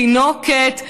תינוקת,